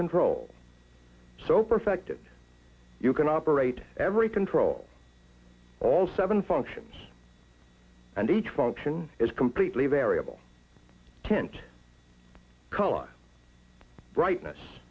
control so perfected you can operate every control all seven functions and each function is completely variable tent color brightness